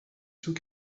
sous